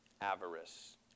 avarice